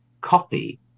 copy